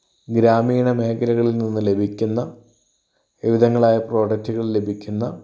ഗ്രാമീണ മേഖലകളിൽ നിന്ന് ലഭിക്കുന്ന വിവിധങ്ങളായ പ്രൊഡക്ടുകൾ ലഭിക്കുന്ന